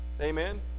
Amen